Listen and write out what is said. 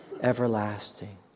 everlasting